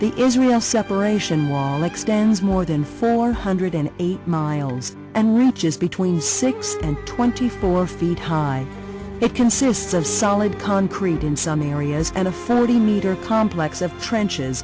the israel separation wall extends more than four hundred eighty miles and reaches between six and twenty four feet high it consists of solid concrete in some areas and a fellow the meter complex of trenches